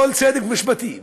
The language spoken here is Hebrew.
כל צדק משפטי ואנושי,